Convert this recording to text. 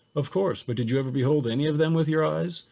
of course. but did you ever be hold any of them with your eyes?